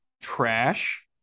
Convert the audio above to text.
Trash